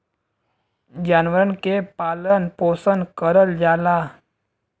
जानवरन के पालन पोसन करल जाला